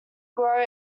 grow